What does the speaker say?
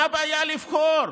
מה הבעיה לבחור?